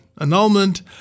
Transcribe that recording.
annulment